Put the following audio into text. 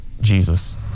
jesus